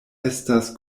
estas